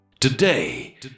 Today